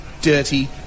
dirty